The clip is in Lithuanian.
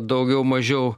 daugiau mažiau